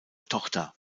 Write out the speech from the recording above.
tochter